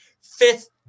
fifth